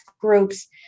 groups